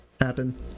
happen